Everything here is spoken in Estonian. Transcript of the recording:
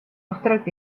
ohtralt